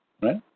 right